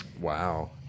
Wow